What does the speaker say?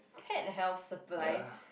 had health supplies